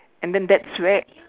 and then that's where